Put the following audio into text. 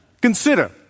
Consider